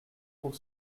pour